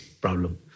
problem